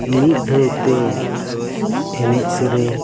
ᱢᱤᱫ ᱫᱷᱟᱹᱣᱛᱮ ᱮᱱᱮᱡ ᱥᱮᱨᱮᱧ